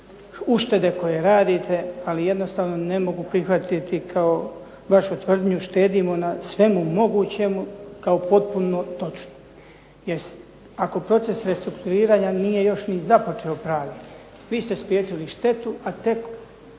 uštede koje radite, ali jednostavno ne mogu prihvatiti kao vašu tvrdnju štedimo na svemu mogućemu kao potpuno točnu. Jer ako proces restrukturiranja nije još ni započeo pravi vi ste spriječili štetu, a tek